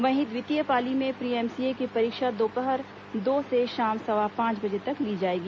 वहीं द्वितीय पाली में प्रीएमसीए की परीक्षा दोपहर दो से शाम सवा पांच बजे तक ली जाएगी